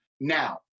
Now